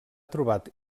trobat